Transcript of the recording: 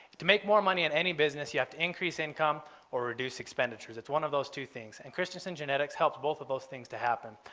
to make more money, in any business you have to increase income or reduce expenditures. it's one of those two things and christensen genetics helped both of those things to happen.